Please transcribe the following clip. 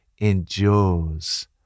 endures